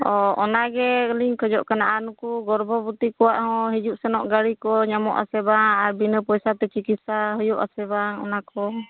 ᱚ ᱚᱱᱟ ᱜᱮᱞᱤᱧ ᱠᱷᱚᱡᱚᱜ ᱠᱟᱱᱟ ᱟᱨ ᱱᱩᱠᱩ ᱜᱚᱨᱵᱷᱚᱵᱚᱛᱤ ᱠᱚᱣᱟᱜ ᱦᱚᱸ ᱦᱤᱡᱩᱜ ᱥᱮᱱᱚᱜ ᱜᱟᱹᱲᱤ ᱠᱚ ᱧᱟᱢᱚᱜ ᱟᱥᱮ ᱵᱟᱝ ᱟᱨ ᱵᱤᱱᱟᱹ ᱯᱚᱭᱥᱟ ᱛᱮ ᱪᱤᱠᱤᱛᱥᱟ ᱦᱩᱭᱩᱜ ᱟᱥᱮ ᱵᱟᱝ ᱚᱱᱟ ᱠᱚ